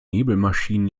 nebelmaschinen